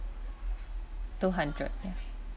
two hundred yeah